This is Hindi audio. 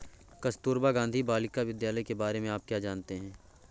कस्तूरबा गांधी बालिका विद्यालय के बारे में आप क्या जानते हैं?